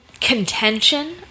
contention